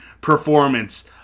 performance